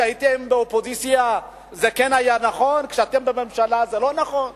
כשהייתם באופוזיציה זה כן היה נכון וכשאתם בממשלה זה לא נכון?